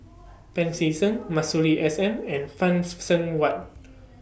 Pancy Seng Masuri S N and Seng Whatt